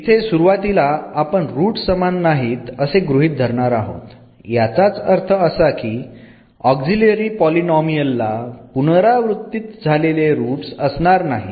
इथे सुरुवातीला आपण रूट्स समान नाहीत असे गृहीत धरणार आहोत याचाच अर्थ असा की ऑक्झिलरी पॉलीनोमियल ला पुनरावृत्तीत झालेले रुट्स असणार नाहीत